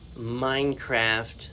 Minecraft